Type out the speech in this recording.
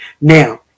Now